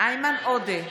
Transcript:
איימן עודה,